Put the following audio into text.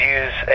use